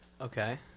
Okay